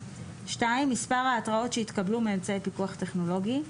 מספר ההתראות שהתקבלו מאמצעי פיקוח טכנולוגי,